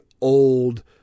old